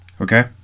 okay